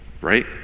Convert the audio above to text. right